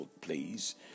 please